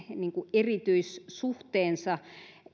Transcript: erityissuhteensa